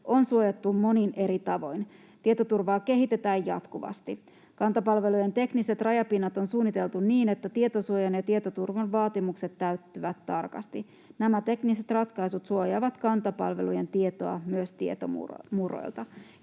on suojattu monin eri tavoin. Tietoturvaa kehitetään jatkuvasti. Kanta-palvelujen tekniset rajapinnat on suunniteltu niin, että tietosuojan ja tietoturvan vaatimukset täyttyvät tarkasti. Nämä tekniset ratkaisut suojaavat Kanta-palvelujen tietoa myös tietomurroilta.